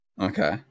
Okay